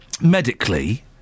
medically